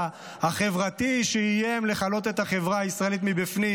החברתי שאיים לכלות את החברה הישראלית מבפנים